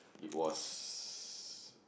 it was